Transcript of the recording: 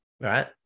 right